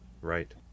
Right